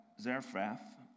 Zarephath